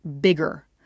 bigger